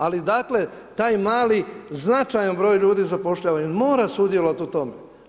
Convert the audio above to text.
Ali dakle, taj mali značajan broj ljudi zapošljava i on mora sudjelovati u tome.